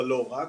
אבל לא רק.